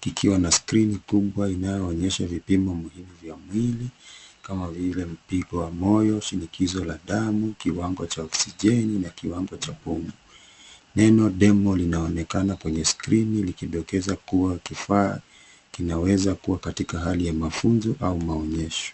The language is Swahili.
kikiwa na skrini kubwa inaoonyesha vipimo vya mwili kama vile mpigo wa moyo, shinikizo la damu, kiwango cha oksijeni na kiwango cha kupumua .Neno demo linaonekana kwenye skrini likidokeza kuwa kifaa kinaweza kuwa katika hali ya mafunzo au maonyesho.